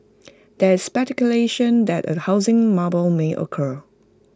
there is speculation that A housing bubble may occur